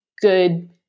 good